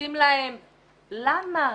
למה?